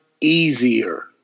easier